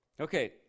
Okay